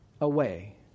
away